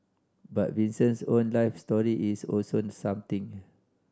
but Vincent's own life story is also something